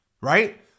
right